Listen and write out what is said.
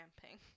camping